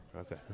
Okay